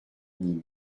nîmes